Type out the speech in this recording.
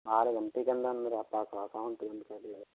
आधे घंटे के अंदर अंदर आपका अकाउंट बंद कर दिया जाएगा